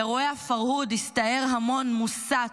באירועי הפרהוד הסתער המון מוסת,